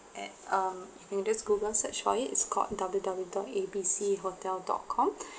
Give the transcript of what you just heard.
at um you just google search for it's called W W dot A B C hotel dot com